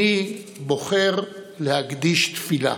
אני בוחר להקדיש תפילה: